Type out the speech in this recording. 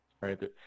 right